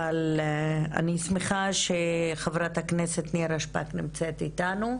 אבל אני שמחה שחברת הכנסת נירה שפק נמצאת איתנו,